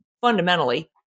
fundamentally